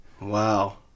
wow